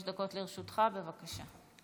שלוש דקות לרשותך, בבקשה.